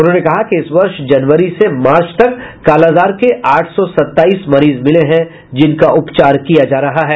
उन्होंने कहा कि इस वर्ष जनवरी से मार्च तक कालाजार के आठ सौ सत्ताईस मरीज मिले हैं जिनका उपचार किया गया है